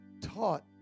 taught